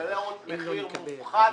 ומשלמותץ מחיר מופחת.